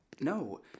No